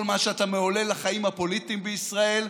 מה שאתה מעולל לחיים הפוליטיים בישראל.